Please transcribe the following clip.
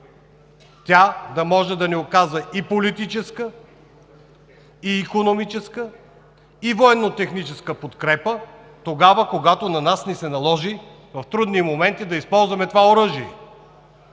тя да може да ни оказва и политическа, и икономическа, и военнотехническа подкрепа тогава, когато на нас ни се наложи, в трудни моменти да използваме това оръжие.